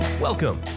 Welcome